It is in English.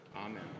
Amen